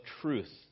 truth